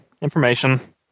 information